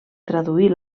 traduir